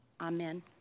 Amen